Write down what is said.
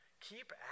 Keep